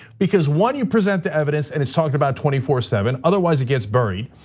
because one, you present the evidence and it's talked about twenty four seven, otherwise it gets buried.